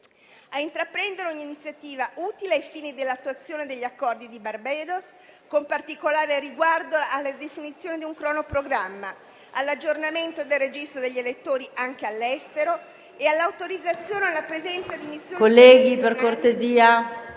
ad intraprendere ogni iniziativa utile ai fini dell'attuazione degli Accordi di Barbados, con particolare riguardo alla definizione di un cronoprogramma, all'aggiornamento del registro degli elettori, anche all'estero, e all'autorizzazione alla presenza di missioni internazionali